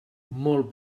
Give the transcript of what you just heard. molt